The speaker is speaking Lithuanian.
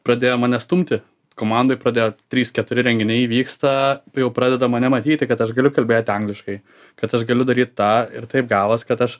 pradėjo mane stumti komandai pradėjo trys keturi renginiai įvyksta jau pradeda mane matyti kad aš galiu kalbėti angliškai kad aš galiu daryt tą ir taip gavos kad aš